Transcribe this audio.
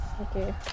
Okay